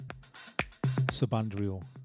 Subandrio